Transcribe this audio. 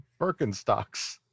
Birkenstocks